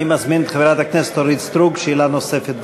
אני מזמין את חברת הכנסת אורית סטרוק לשאלה נוספת.